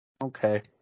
Okay